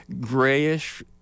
grayish